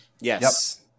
Yes